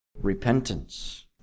repentance